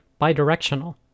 bidirectional